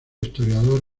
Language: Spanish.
historiador